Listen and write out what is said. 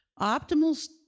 Optimal